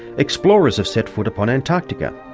explorers have set foot upon antarctica,